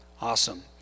Awesome